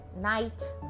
night